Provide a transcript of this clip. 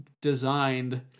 designed